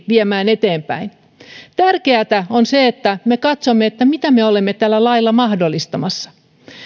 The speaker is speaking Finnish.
viemään eteenpäin tärkeätä on se että me katsomme mitä me olemme tällä lailla mahdollistamassa